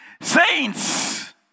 Saints